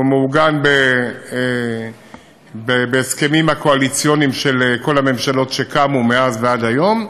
והוא מעוגן בהסכמים הקואליציוניים של כל הממשלות שקמו מאז ועד היום.